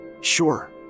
Sure